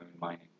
mining